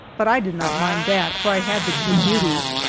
but i did not mind that, for i had the two beauties,